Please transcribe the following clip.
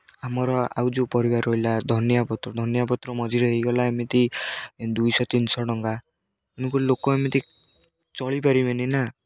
ଆମର ଆଉ ଯେଉଁ ପରିବା ରହିଲା ଧନିଆ ପତ୍ର ଧନିଆ ପତ୍ର ମଝିରେ ହୋଇଗଲା ଏମିତି ଦୁଇଶହ ତିନିଶହ ଟଙ୍କା ତେଣୁକରି ଲୋକ ଏମିତି ଚଳିପାରିବେନି ନା